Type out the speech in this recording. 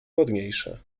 ładniejsze